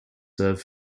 serve